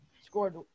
scored